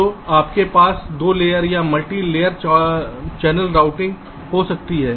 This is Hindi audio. तो आपके पास दो लेयर या मल्टी लेयर चैनल रूटिंग हो सकती है